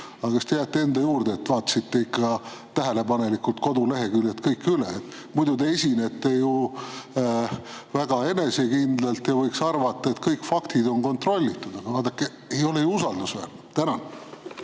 kas te jääte enda juurde, et vaatasite ikka tähelepanelikult kõik koduleheküljed üle? Muidu te esinete ju väga enesekindlalt ja võiks arvata, et kõik faktid on kontrollitud, aga vaadake, ei ole usaldusväärne. Suur